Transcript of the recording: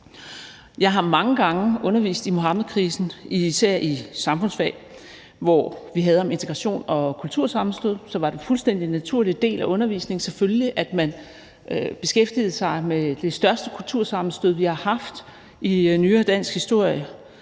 Jeg har mange gange undervist i Muhammedkrisen, især i samfundsfag, hvor vi havde om integration og kultursammenstød; så var det selvfølgelig en fuldstændig naturlig del af undervisningen, at man beskæftigede sig med det største kultursammenstød, vi har haft i nyere dansk historie,